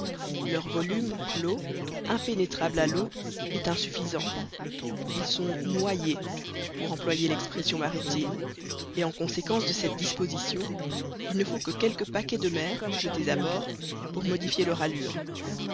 leur volume clos impénétrable à l'eau est insuffisant ils sont noyés pour employer l'expression maritime et en conséquence de cette disposition il ne faut que quelques paquets de mer jetés à bord pour modifier leur allure